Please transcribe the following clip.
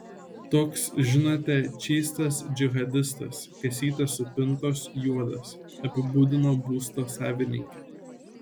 toks žinote čystas džihadistas kasytės supintos juodas apibūdino būsto savininkė